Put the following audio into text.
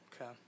Okay